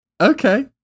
Okay